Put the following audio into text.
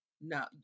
no